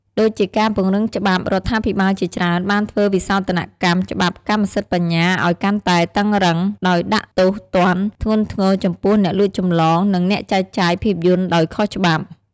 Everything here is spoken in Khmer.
ដូចជាការពង្រឹងច្បាប់ រដ្ឋាភិបាលជាច្រើនបានធ្វើវិសោធនកម្មច្បាប់កម្មសិទ្ធិបញ្ញាឱ្យកាន់តែតឹងរ៉ឹង ដោយដាក់ទោសទណ្ឌធ្ងន់ធ្ងរចំពោះអ្នកលួចចម្លង និងអ្នកចែកចាយភាពយន្តដោយខុសច្បាប់។